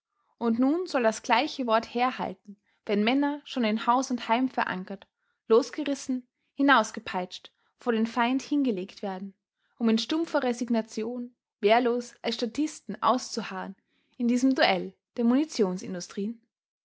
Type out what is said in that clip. und nun soll das gleiche wort herhalten wenn männer schon in haus und heim verankert losgerissen hinausgepeitscht vor den feind hingelegt werden um in stumpfer resignation wehrlos als statisten auszuharren in diesem duell der